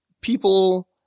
people